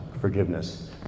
forgiveness